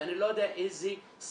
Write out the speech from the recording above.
ואני לא יודע איזה סיכון.